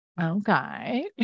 okay